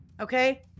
okay